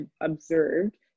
observed